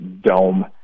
dome